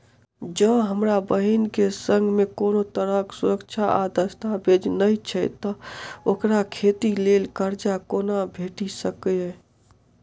जँ हमरा बहीन केँ सङ्ग मेँ कोनो तरहक सुरक्षा आ दस्तावेज नै छै तऽ ओकरा खेती लेल करजा कोना भेटि सकैये?